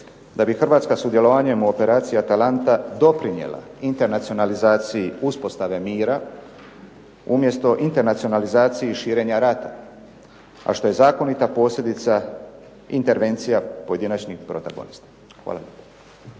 da bi Hrvatska sudjelovanjem u operaciji Atalanta doprinijela internacionalizaciji uspostave mira, umjesto internacionalizaciji širenja rata, a što je zakonita posljedica intervencija pojedinačnih protagonista. Hvala